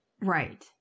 Right